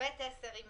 זה לא ייקח 21 ימים.